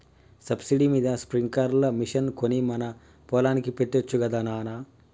subsidy మీద sprinkler machine కొని మన పొలానికి పెట్టొచ్చు గదా నాన